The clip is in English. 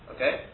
Okay